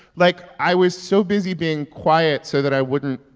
like, i was so busy being quiet so that i wouldn't,